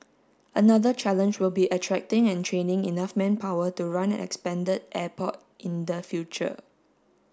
another challenge will be attracting and training enough manpower to run an expanded airport in the future